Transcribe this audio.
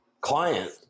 client